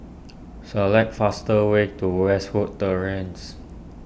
select fastest way to Westwood Terrace